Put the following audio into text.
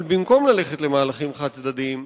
אבל במקום ללכת למהלכים חד-צדדיים,